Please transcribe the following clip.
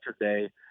yesterday